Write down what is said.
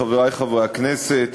חברי חברי הכנסת,